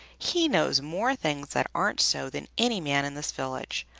he knows more things that aren't so than any man in this village.